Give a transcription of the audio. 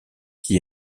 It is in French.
qui